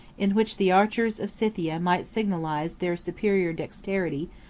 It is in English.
in which the archers of scythia might signalize their superior dexterity,